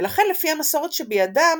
ולכן, לפי המסורת שבידם,